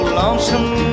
lonesome